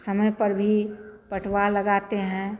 समय पर भी पटवा लगाते हैं